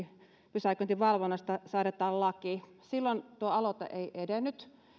pysäköinninvalvonnasta säädetään laki silloin tuo aloite ei edennyt